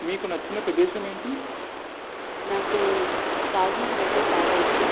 మీకు నచ్చిన ప్రదేశం ఏంటి నాకు తాజ్ మహల్ అంటే చాలా ఇష్టం